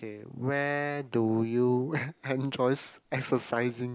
okay where do you enjoys exercising